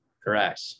Correct